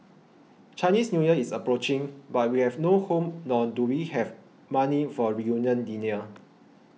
Chinese New Year is approaching but we have no home nor do we have money for a reunion dinner